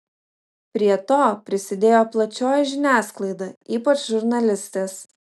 prie to prisidėjo plačioji žiniasklaida ypač žurnalistės